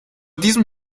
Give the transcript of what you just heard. diesem